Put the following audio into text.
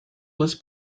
was